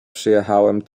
przyjechałem